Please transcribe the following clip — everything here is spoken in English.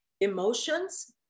emotions